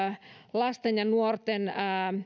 lasten ja nuorten